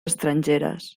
estrangeres